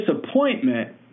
disappointment